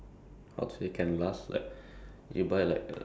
ya to me this one is for this question is like